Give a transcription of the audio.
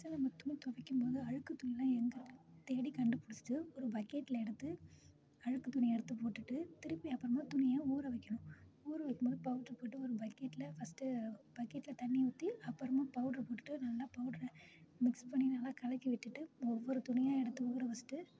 first நம்ம துணி துவைக்கும்போது அழுக்குத் துணியெல்லாம் எங்கே தேடிக் கண்டுபிடிச்சிட்டு ஒரு பக்கெட்டில் எடுத்து அழுக்குத்துணியை எடுத்துப் போட்டுட்டு திருப்பி அப்புறமா துணியை ஊற வைக்கணும் ஊறவைக்கும்போது பவுடரு போட்டு ஒரு பக்கெட்டில் ஃபர்ஸ்டு பக்கெட்டில் தண்ணி ஊற்றி அப்புறமா பவுட்ரு போட்டுட்டு நல்லா பவுடர மிக்ஸ் பண்ணி நல்லா கலக்கிவிட்டுட்டு ஒவ்வொரு துணியாக எடுத்து ஊறவச்சுட்டு